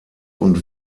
und